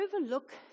overlook